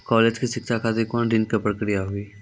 College के शिक्षा खातिर कौन ऋण के प्रक्रिया हुई?